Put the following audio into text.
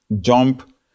Jump